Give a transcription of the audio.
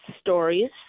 stories